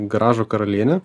garažo karalienė